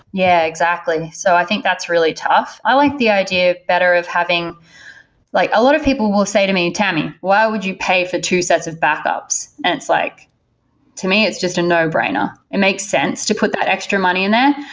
yeah, exactly. so i think that's really tough. i like the idea better of having like a lot of people will say to me, tammy, why would you pay for two sets of backups? and it's like to me it's just a no brainer. it makes sense to put that extra money in there.